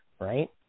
right